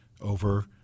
over